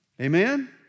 Amen